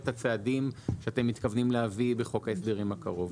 הצעדים שאתם מתכוונים להביא בחוק ההסדרים הקרוב.